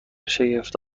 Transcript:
شگفت